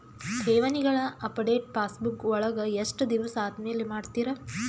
ಠೇವಣಿಗಳ update passbook ವಳಗ ಎಷ್ಟ ದಿವಸ ಆದಮೇಲೆ ಮಾಡ್ತಿರ್?